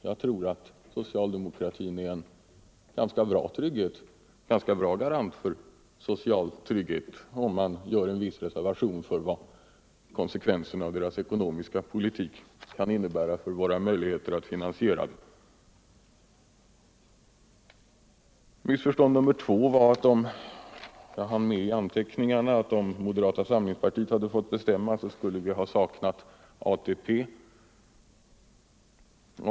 Jag tror att socialdemokratin är en ganska bra garant för social trygghet, om man gör en viss reservation för vad konsekvenserna av socialdemokraternas ekonomiska politik kan innebära för möjligheterna att finansiera den sociala tryggheten. Missförstånd nummer två var — om jag hann med i anteckningarna —- att om moderata samlingspartiet hade fått bestämma skulle vi ha saknat ATP i Sverige.